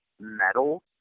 metal